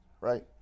right